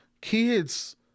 kids